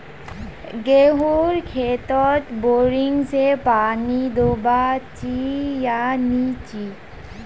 गेँहूर खेतोत बोरिंग से पानी दुबा चही या नी चही?